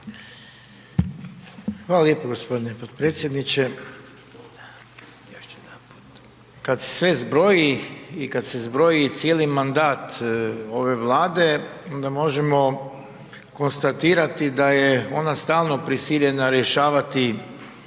Hvala lijepo gospodine potpredsjedniče. Kada se sve zbroji i kada se zbroji cijeli mandat ove Vlade onda možemo konstatirati da je ona stalno prisiljena rješavati